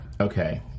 Okay